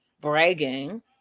bragging